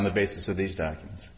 on the basis of these documents